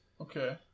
Okay